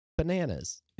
Bananas